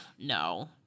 no